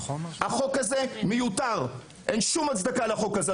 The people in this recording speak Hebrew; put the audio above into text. החוק הזה מיותר, אין שום הצדקה לחוק הזה.